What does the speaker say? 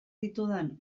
ditudan